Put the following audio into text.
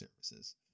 services